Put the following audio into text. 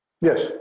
Yes